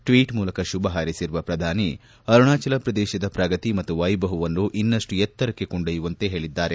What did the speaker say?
tweet ಮೂಲಕ ಶುಭ ಹಾರೈಸಿರುವ ಪ್ರಧಾನಿ ಅರುಣಾಚಲ ಪ್ರದೇಶದ ಪ್ರಗತಿ ಮತ್ತು ವೈಭವವನ್ನು ಇನ್ನಷ್ಟು ಎತ್ತರಕ್ಕೆ ಕೊಂಡೊಯ್ಲವಂತೆ ಹೇಳಿದ್ದಾರೆ